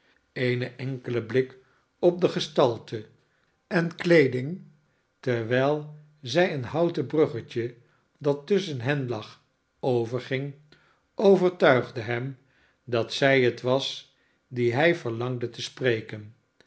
eene enkele blik op de gestalte en kleeding terwijl zij een houten bruggetje dat tusschen hen lag o verging overtuigde hem dat zij het was die hij verlangde te spreken